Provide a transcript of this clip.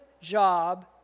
job